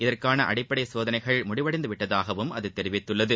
இதற்கான அடிப்படை சோதனைகள் முடிவடைந்துவிட்டதாகவும் அது தெரிவித்துள்ளது